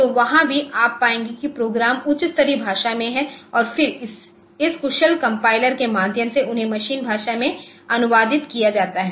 तो वहाँ भी आप पाएंगे कि प्रोग्राम उच्च स्तरीय भाषा में है और फिर इस कुशल कंपाइलेशन के माध्यम से उन्हें मशीन भाषा में अनुवादित किया जाता है